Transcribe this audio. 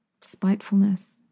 spitefulness